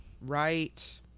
right